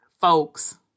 folks